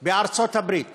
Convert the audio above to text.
בארצות-הברית